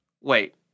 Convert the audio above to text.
Wait